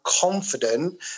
confident